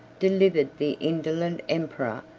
delivered the indolent emperor,